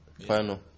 final